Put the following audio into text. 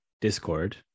discord